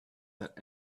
that